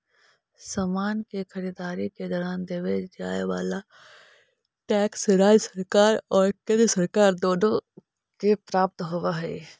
समान के खरीददारी के दौरान देवे जाए वाला टैक्स राज्य सरकार और केंद्र सरकार दोनो के प्राप्त होवऽ हई